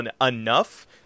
enough